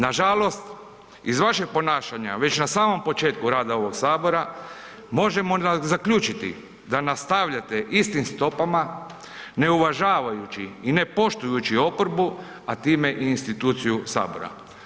Nažalost, iz vašeg ponašanja već na samom početku rada ovog sabora možemo zaključiti da nastavljate istim stopama ne uvažavajući i ne poštujući oporbu, a time i instituciju sabora.